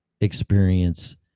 experience